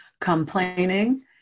complaining